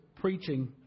preaching